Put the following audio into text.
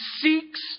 seeks